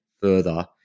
further